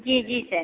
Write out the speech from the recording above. जी जी